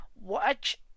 watch